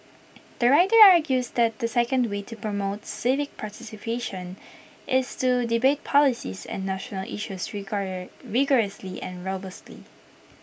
the writer argues that the second way to promote civic participation is to debate policies and national issues rigorously and robustly